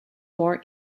more